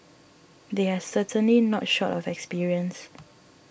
they are certainly not short of experience